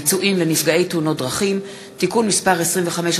פיצויים לנפגעי תאונות דרכים (תיקון מס' 25),